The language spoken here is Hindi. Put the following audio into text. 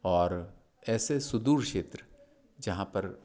और ऐसे सुदूर क्षेत्र जहाँ पर